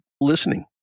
listening